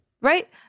Right